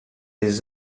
les